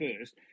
first